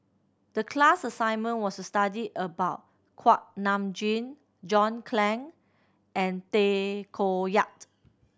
the class assignment was to study about Kuak Nam Jin John Clang and Tay Koh Yat